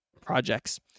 projects